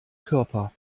körper